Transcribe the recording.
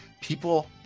people